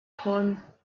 poem